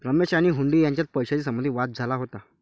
रमेश आणि हुंडी यांच्यात पैशाशी संबंधित वाद झाला होता